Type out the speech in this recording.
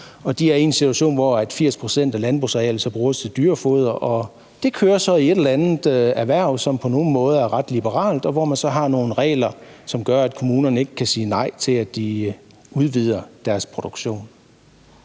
de er i en situation, hvor 80 pct. af landbrugsarealet så bruges til dyrefoder. Og sådan kører det erhverv, som på nogle måder er ret liberalt, og hvor man har nogle regler, som gør, at kommunerne ikke kan sige nej til, at de udvider deres produktion.